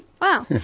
Wow